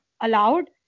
allowed